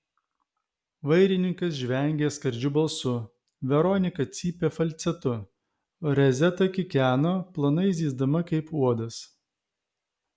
vairininkas žvengė skardžiu balsu veronika cypė falcetu rezeta kikeno plonai zyzdama kaip uodas